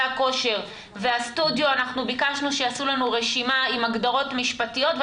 הכושר והסטודיו ביקשנו שיעשו לנו רשימה עם הגדרות משפטיות,